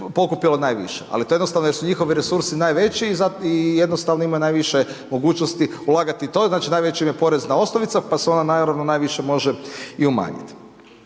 pokupilo najviše. Ali to je jednostavno jer su njihovi resursi najveći i jednostavno imaju najviše mogućnost ulagati u to. Znači, najveća im je porezna osnovica, pa se ona naravno najviše može i umanjiti.